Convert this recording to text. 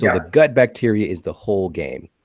yeah the gut bacteria is the whole game.